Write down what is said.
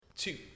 Two